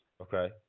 Okay